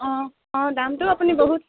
অ আৰু দামটো আপুনি বহুত